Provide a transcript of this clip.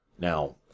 Now